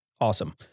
Awesome